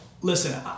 Listen